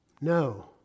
no